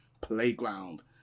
Playground